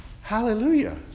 Hallelujah